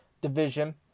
Division